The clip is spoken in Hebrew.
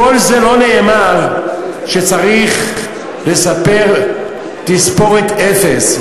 בכל זה לא נאמר שצריך לספר תספורת אפס,